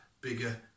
bigger